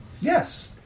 Yes